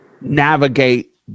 Navigate